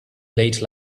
late